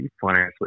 financially